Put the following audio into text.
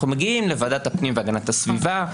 אנחנו מגיעים לו ועדת הפנים והגנת הסביבה,